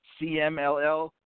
CMLL